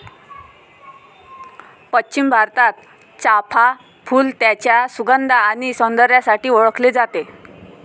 पश्चिम भारतात, चाफ़ा फूल त्याच्या सुगंध आणि सौंदर्यासाठी ओळखले जाते